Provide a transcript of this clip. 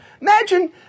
Imagine